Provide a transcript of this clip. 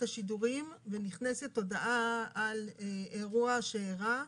השידורים ונכנסת הודעה על אירוע שאירע,